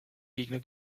gegner